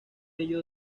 ello